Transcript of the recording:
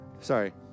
sorry